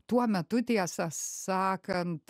tuo metu tiesą sakant